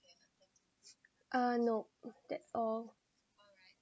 uh no that's all